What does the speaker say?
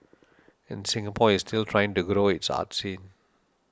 and Singapore is still trying to grow its arts scene